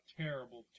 terrible